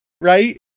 right